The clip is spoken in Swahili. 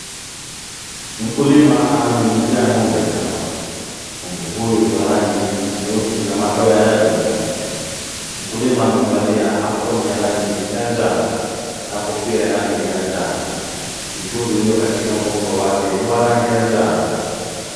Mkulima anamnyunyuzia ng'ombe dawa. Ng'ombe huyu ni wa rangi nyeusi na madoa ya rangi nyeupe. Mkulima amevalia aproni ya rangi ya njano na kofia ya rangi ya njano, mtungi ulio katika mgongo wake ni wa rangi ya njano.